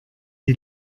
die